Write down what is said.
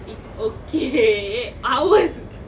it's okay hours